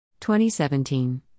2017